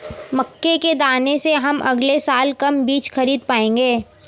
मक्के के दाने से हम अगले साल कम बीज खरीद पाएंगे